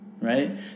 right